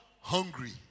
Hungry